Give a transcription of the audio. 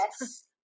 Yes